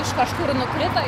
iš kažkur nukrito i